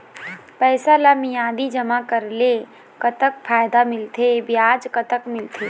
पैसा ला मियादी जमा करेले, कतक फायदा मिलथे, ब्याज कतक मिलथे?